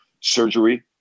Surgery